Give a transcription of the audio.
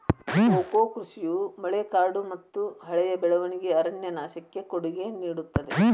cocoa ಕೃಷಿಯು ಮಳೆಕಾಡುಮತ್ತುಹಳೆಯ ಬೆಳವಣಿಗೆಯ ಅರಣ್ಯನಾಶಕ್ಕೆ ಕೊಡುಗೆ ನೇಡುತ್ತದೆ